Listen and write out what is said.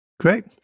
Great